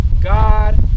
God